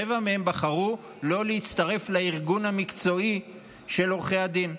רבע מהם בחרו לא להצטרף לארגון המקצועי של עורכי הדין.